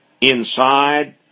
inside